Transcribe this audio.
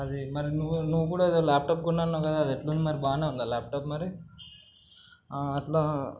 అది మరి నువ్వు నువ్వు కూడా ఏదో ల్యాప్టాప్ కొన్నా అన్నావు కదా అది ఎట్ల ఉంది మరి బాగానే ఉందా ల్యాప్టాప్ మరి అట్లా